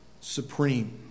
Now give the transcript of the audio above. supreme